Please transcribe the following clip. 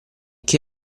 che